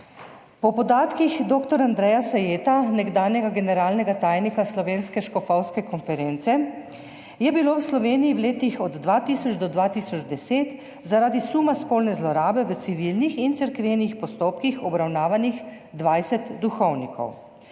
Po podatkih dr. Andreja Sajeta, nekdanjega generalnega tajnika Slovenske škofovske konference, je bilo v Sloveniji v letih od 2000 do 2010 zaradi suma spolne zlorabe v civilnih in cerkvenih postopkih obravnavanih 20 duhovnikov.